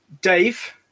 Dave